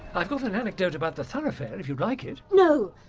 i've got an anecdote about the thoroughfare if you'd like it? no.